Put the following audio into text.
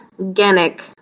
Genic